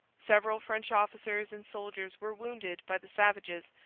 several french officers and soldiers were wounded by the savages,